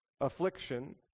affliction